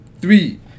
Three